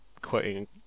quoting